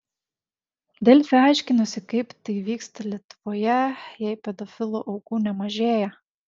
delfi aiškinosi kaip tai vyksta lietuvoje jei pedofilų aukų nemažėja